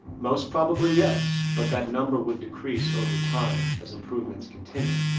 most probably yes. but that number would decrease over time as improvements continue.